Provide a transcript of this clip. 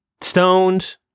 stoned